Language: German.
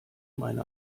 meine